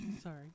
Sorry